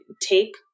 take